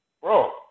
Bro